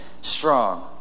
strong